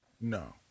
No